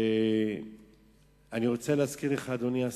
אדוני השר,